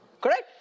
Correct